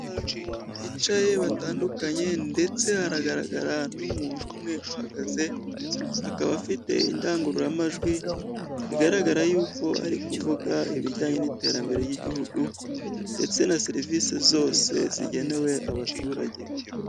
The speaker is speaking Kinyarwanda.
Abantu ahantu bicaye batandukanye ndetse hagaragara n'umuntu umwe uhagaze, akaba afite indangururamajwi bigaragara yuko ari kuvuga ibijyanye n'iterambere ry'igihugu, ndetse na serivisi zose zigenewe abaturage.